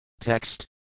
Text